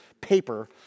paper